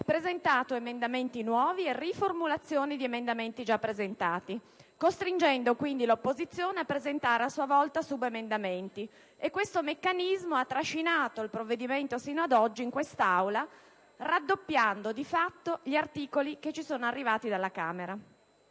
- emendamenti nuovi e riformulazioni di emendamenti già presentati, costringendo l'opposizione a presentare a sua volta subemendamenti. Tale meccanismo ha trascinato il provvedimento sino ad oggi in quest'Aula, raddoppiando di fatto gli articoli giunti dalla Camera.